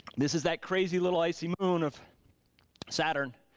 this is that crazy little icy moon of saturn.